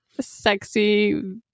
sexy